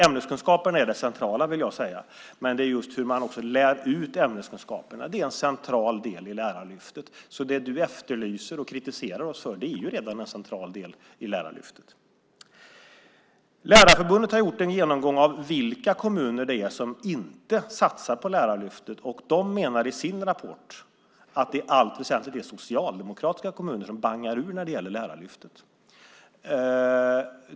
Ämneskunskaperna är de centrala, men hur man lär ut ämneskunskaperna är också en central del i Lärarlyftet. Det som du efterlyser och kritiserar oss för är redan en central del i Lärarlyftet. Lärarförbundet har gjort en genomgång av vilka kommuner som inte satsar på Lärarlyftet. De menar i sin rapport att det i allt väsentligt är socialdemokratiska kommuner som bangar ur när det gäller Lärarlyftet.